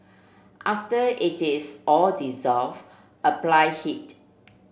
after it is all dissolve apply heat